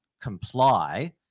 comply